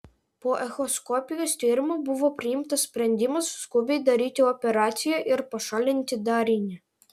po echoskopijos tyrimo buvo priimtas sprendimas skubiai daryti operaciją ir pašalinti darinį